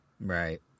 Right